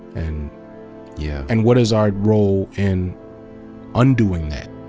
and yeah and what is our role in undoing that?